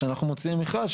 כשאנחנו מוציאים מכרז,